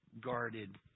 guarded